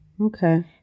Okay